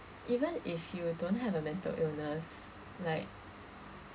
even if you don't have a mental illness like